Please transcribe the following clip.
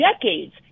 decades